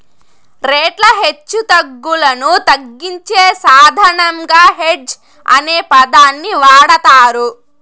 రేట్ల హెచ్చుతగ్గులను తగ్గించే సాధనంగా హెడ్జ్ అనే పదాన్ని వాడతారు